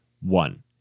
one